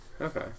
Okay